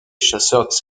chasseurs